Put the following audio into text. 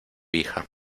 hija